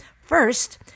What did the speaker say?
First